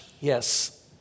yes